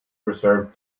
reserve